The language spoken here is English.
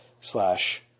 slash